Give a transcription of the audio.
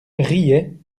riait